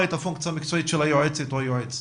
את הפונקציה המקצועית של היועצת או היועץ.